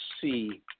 see